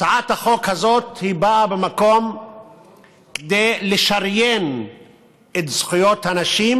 הצעת החוק הזו באה כדי לשריין את זכויות הנשים,